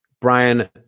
Brian